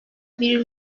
bir